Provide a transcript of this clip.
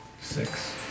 Six